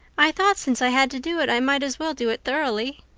i thought since i had to do it i might as well do it thoroughly.